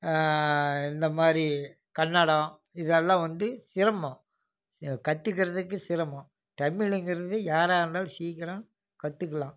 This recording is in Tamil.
இந்த மாதிரி கன்னடம் இதெல்லாம் வந்து சிரமம் கற்றுக்கறதுக்கு சிரமம் தமிழுங்கிறது யாராக இருந்தாலும் சீக்கிரம் கற்றுக்கலாம்